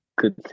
good